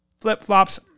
flip-flops